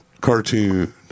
Cartoon